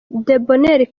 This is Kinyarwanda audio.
debonheur